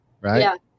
Right